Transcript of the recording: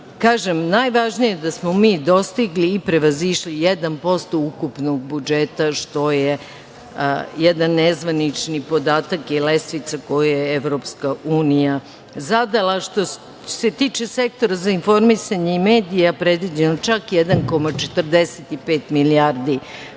zabeleženo. Najvažnije je da smo mi dostigli i prevazišli 1% ukupnog budžeta, što je jedan nezvanični podatak i lestvica koju je EU zadala. Što se tiče Sektora za informisanje i medije, predviđeno je čak 1,45% milijardi